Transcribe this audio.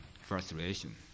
frustration